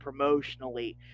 promotionally